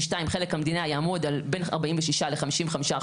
2 חלק המדינה יעמוד על בין 46% ל-55%,